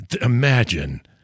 Imagine